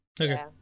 okay